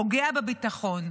פוגע בביטחון.